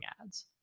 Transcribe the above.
ads